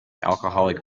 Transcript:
alcoholic